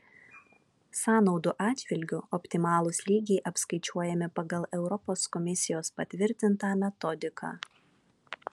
sąnaudų atžvilgiu optimalūs lygiai apskaičiuojami pagal europos komisijos patvirtintą metodiką